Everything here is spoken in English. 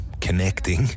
connecting